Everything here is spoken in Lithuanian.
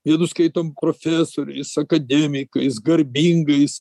vienus skaitom profesoriais akademikais garbingais